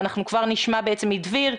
אנחנו נשמע מדביר,